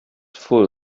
full